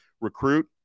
recruit